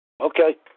Okay